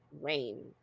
rain